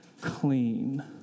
clean